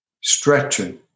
stretching